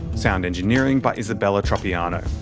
sound engineering by isabella tropiano.